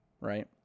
right